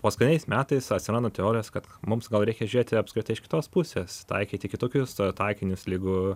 paskutiniais metais atsiranda teorijos kad mums gal reikia žiūrėti apskritai iš kitos pusės taikyti kitokius taikinius ligų